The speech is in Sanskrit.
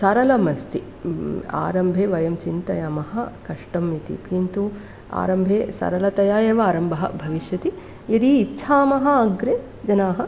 सरलमस्ति आरम्भे वयं चिन्तयामः कष्टम् इति किन्तु आरम्भे सरलतया एव आरम्भः भविष्यति यदि इच्छामः अग्रे जनाः